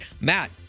Matt